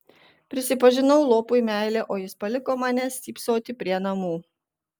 prisipažinau lopui meilę o jis paliko mane stypsoti prie namų